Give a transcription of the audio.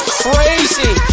crazy